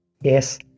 Yes